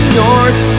north